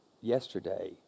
Yesterday